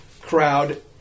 crowd